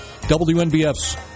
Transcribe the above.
WNBF's